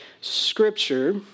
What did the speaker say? scripture